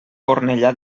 cornellà